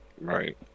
Right